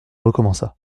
recommença